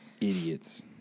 idiots